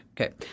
Okay